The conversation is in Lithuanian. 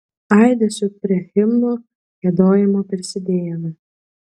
aidesiu prie himno giedojimo prisidėjome